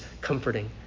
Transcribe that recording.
comforting